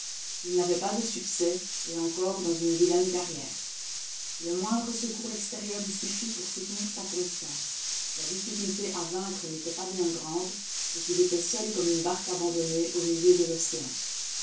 il n'avait pas de succès et encore dans une vilaine carrière le moindre secours extérieur eût suffi pour soutenir sa constance la difficulté à vaincre n'était pas bien grande mais il était seul comme une barque abandonnée au milieu de l'océan